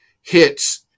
hits